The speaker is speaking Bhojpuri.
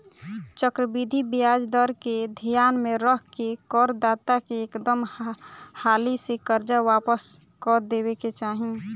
चक्रवृद्धि ब्याज दर के ध्यान में रख के कर दाता के एकदम हाली से कर्जा वापस क देबे के चाही